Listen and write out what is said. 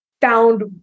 found